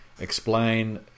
explain